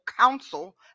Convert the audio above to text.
council